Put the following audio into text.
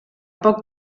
poc